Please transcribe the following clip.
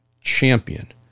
champion